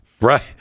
Right